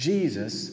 Jesus